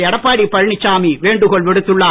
எடப்பாடி பழனிசாமி வேண்டுகோள் விடுத்துள்ளார்